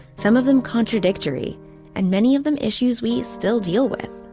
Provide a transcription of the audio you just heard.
some of them contradictory and many of them issues we still deal with.